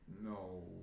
No